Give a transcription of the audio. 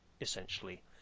Essentially